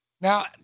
Now